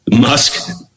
Musk